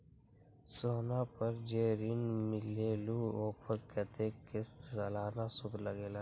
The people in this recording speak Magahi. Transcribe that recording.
सोना पर जे ऋन मिलेलु ओपर कतेक के सालाना सुद लगेल?